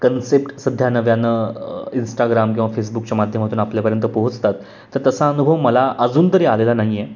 concept सध्या नव्यानं Instagram किंवा फेसबुकच्या माध्यमातून आपल्यापर्यंत पोहोचतात तर तसा अनुभव मला अजून तरी आलेला नाही आहे